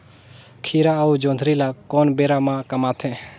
खीरा अउ जोंदरी ल कोन बेरा म कमाथे?